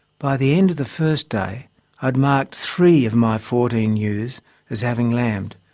by the end of the first day i'd marked three of my fourteen ewes as having lambed,